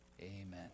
Amen